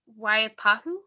Waipahu